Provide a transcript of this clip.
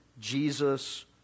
Jesus